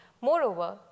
Moreover